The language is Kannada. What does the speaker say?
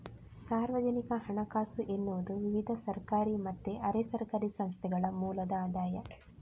ಸಾರ್ವಜನಿಕ ಹಣಕಾಸು ಎನ್ನುವುದು ವಿವಿಧ ಸರ್ಕಾರಿ ಮತ್ತೆ ಅರೆ ಸರ್ಕಾರಿ ಸಂಸ್ಥೆಗಳ ಮೂಲದ ಆದಾಯ